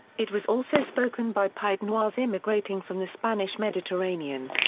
it was also spoken by pied-noirs immigrating from the spanish mediterranean.